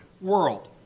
world